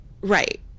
right